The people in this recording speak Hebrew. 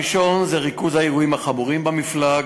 הראשון זה ריכוז האירועים החמורים במפלג,